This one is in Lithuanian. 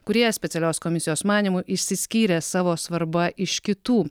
kurie specialios komisijos manymu išsiskyrė savo svarba iš kitų